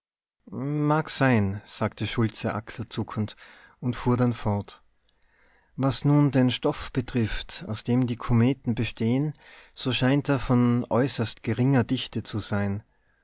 mag sein sagte schultze achselzuckend und fuhr dann fort was nun den stoff betrifft aus dem die kometen bestehen so scheint er von äußerst geringer dichte zu sein